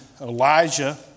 Elijah